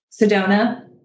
Sedona